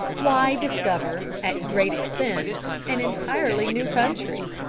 why discover, at great expense, an entirely new country?